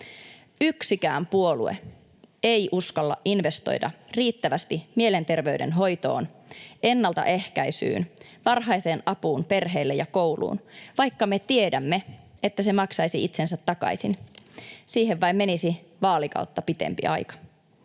Yksikään puolue ei uskalla investoida riittävästi mielenterveyden hoitoon, ennaltaehkäisyyn, varhaiseen apuun perheille ja kouluun, vaikka me tiedämme, että se maksaisi itsensä takaisin — siihen vain menisi vaalikautta pitempi aika.